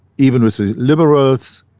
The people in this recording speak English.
even with the liberals,